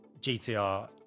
GTR